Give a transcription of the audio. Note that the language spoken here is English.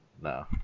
no